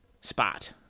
spot